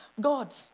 God